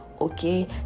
okay